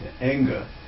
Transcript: anger